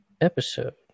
Episode